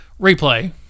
Replay